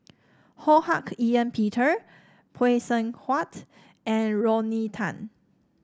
Ho Hak Ean Peter Phay Seng Whatt and Rodney Tan